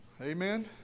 Amen